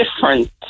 different